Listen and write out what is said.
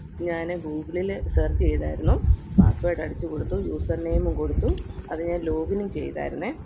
ഞാൻ ഗൂഗിളിൽ സെർച്ച് ചെയ്തായിരുന്നു പാസ്സ്വേർഡ് അടിച്ചു കൊടുത്തു യൂസർ നെയിമും കൊടുത്തു അത് ഞാൻ ലോഗിനും ചെയ്താരുന്നേ